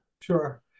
Sure